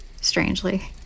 Strangely